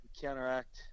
counteract